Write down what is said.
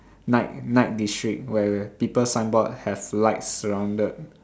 night night district where people signboard have light surrounded